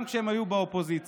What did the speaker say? גם כשהם היו באופוזיציה.